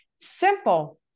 Simple